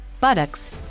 buttocks